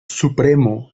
supremo